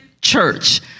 church